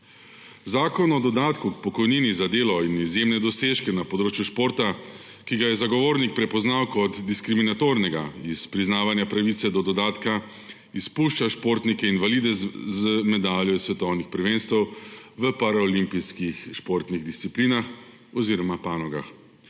Zakon o dodatku k pokojnini za delo in izjemne dosežke na področju športa, ki ga je Zagovornik prepoznal kot diskriminatornega iz priznavanja pravice do dodatka, izpušča športnike invalide z medaljo s svetovnih prvenstev v paraolimpijskih športnih disciplinah oziroma panogah.